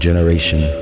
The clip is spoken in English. Generation